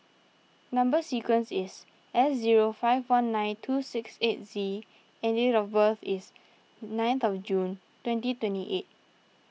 Number Sequence is S zero five one nine two six eight Z and date of birth is ninth of June twenty twenty eight